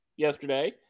Yesterday